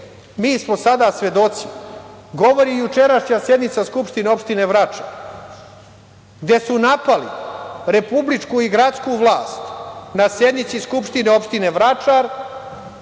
o kakvoj histeriji govori jučerašnja sednica Skupštine opštine Vračar, gde su napali republičku i gradsku vlast na sednici Skupštine opštine Vračar,